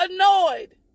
annoyed